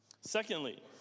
Secondly